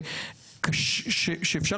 גם את ההיגיון הבריא והשכל הישר צריך